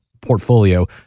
portfolio